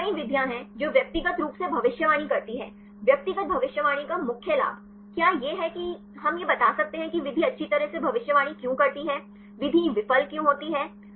तो कई विधियाँ हैं जो व्यक्तिगत रूप से भविष्यवाणी करती हैं व्यक्तिगत भविष्यवाणी का मुख्य लाभ क्या यह है कि हम यह बता सकते हैं कि विधि अच्छी तरह से भविष्यवाणी क्यों करती है विधि विफल क्यों होती है